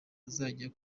bazajya